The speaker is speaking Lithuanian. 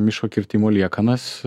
miško kirtimo liekanas